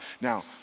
Now